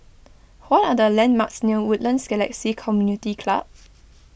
what are the landmarks near Woodlands Galaxy Community Club